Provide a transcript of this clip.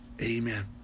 Amen